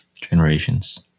generations